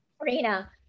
Reina